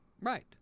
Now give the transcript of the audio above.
Right